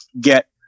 get